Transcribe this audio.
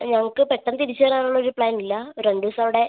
ഞങ്ങൾക്ക് പെട്ടെന്ന് തിരിച്ച് വരാനുള്ള ഒരു പ്ലാൻ ഇല്ല രണ്ട് ദിവസം അവിടെ